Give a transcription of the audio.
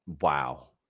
wow